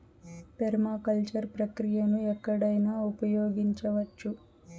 permaculture ప్రక్రియను ఎక్కడైనా ఉపయోగించవచ్చు